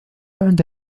عند